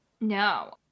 no